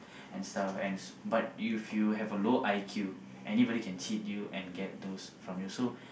an stuff but if you have a low I_Q anyone can cheat you an get those from you